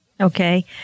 Okay